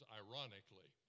ironically